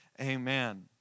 amen